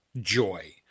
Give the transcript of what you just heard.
joy